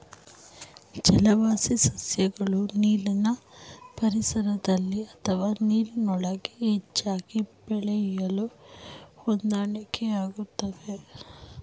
ಜಲವಾಸಿ ಸಸ್ಯಗಳು ನೀರಿನ ಪರಿಸರದಲ್ಲಿ ಅಥವಾ ನೀರಿನೊಳಗೆ ಹೆಚ್ಚಾಗಿ ಬೆಳೆಯಲು ಹೊಂದಾಣಿಕೆಯಾಗ್ತವೆ